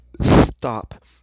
stop